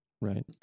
right